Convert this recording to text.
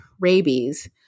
rabies